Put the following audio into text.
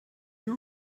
you